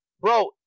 bro